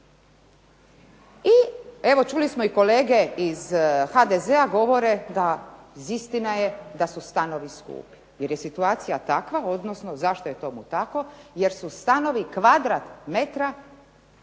I evo čuli smo kolege iz HDZ-a govore, da istina je da su stanovi skupi. Jer situacija je takva odnosno zašto je tomu tako, jer su stanovi kvadrat metra